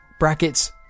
brackets